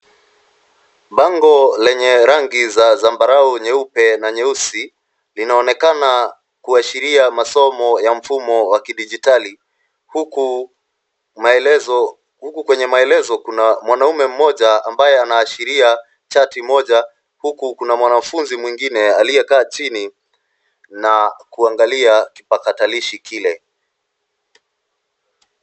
Bango lenye rangi za zambarau, nyeupe na nyeusi, linaonekana kuashiria masomo ya mfumo wa kidijitali. Huku maelezo, huku kwenye maelezo kuna mwanaume mmoja ambaye anaashiria chati moja, huku kuna mwanafunzi mwingine aliyekaa chini na kuangalia kipakatalishi kile.